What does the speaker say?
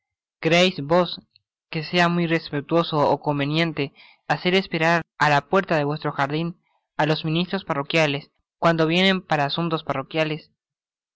que sea muy respetuoso ó conveniente hacer esperar á la puerta de vuestro jardin á los ministros parroquiales cuando vienen para asuntos parroquiales